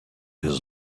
his